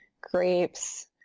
grapes